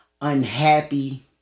unhappy